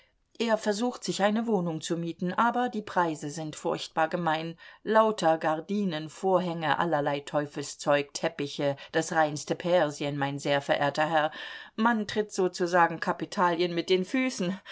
er versucht sich eine wohnung zu mieten aber die preise sind furchtbar gemein lauter gardinen vorhänge allerlei teufelszeug teppiche das reinste persien mein sehr verehrter herr man tritt sozusagen kapitalien mit den füßen